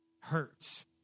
hurts